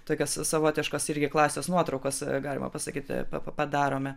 tokaos savotiškas irgi klasės nuotraukas galima pasakyti pa padarome